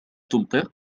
تمطر